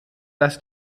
dass